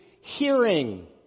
hearing